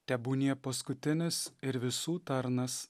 tebūnie paskutinis ir visų tarnas